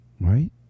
right